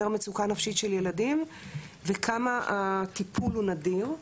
מצוקה נפשית של ילדים וכמה הטיפול הוא נדיר.